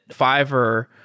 Fiverr